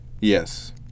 Yes